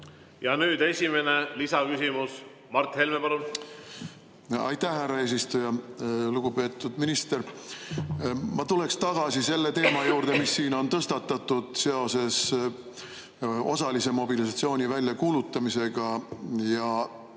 Nüüd esimene lisaküsimus. Mart Helme, palun! Aitäh, härra eesistuja! Lugupeetud minister! Ma tulen tagasi selle teema juurde, mis siin on tõstatatud seoses osalise mobilisatsiooni väljakuulutamisega.